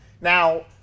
Now